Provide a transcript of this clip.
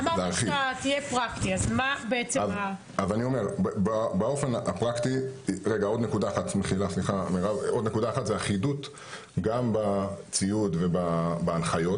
עוד נקודה אחת זה אחידות גם בציוד ובהנחיות